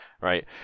right